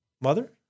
mother